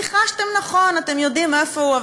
ניחשתם נכון, אתם יודעים איפה הוא.